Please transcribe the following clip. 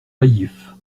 baillif